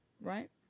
Right